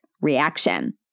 reaction